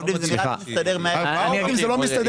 עובדים זה --- ארבעה עובדים זה לא מסתדר,